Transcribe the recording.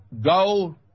go